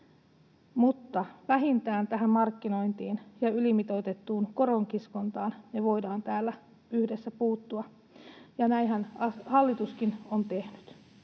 mutta vähintään tähän markkinointiin ja ylimitoitettuun koronkiskontaan me voidaan täällä yhdessä puuttua, ja näinhän hallituskin on tehnyt.